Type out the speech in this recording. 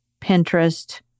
Pinterest